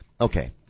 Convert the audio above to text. Okay